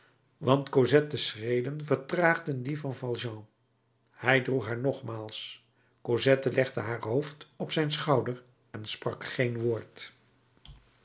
want cosette's schreden vertraagden die van valjean hij droeg haar nogmaals cosette legde haar hoofd op zijn schouder en sprak geen woord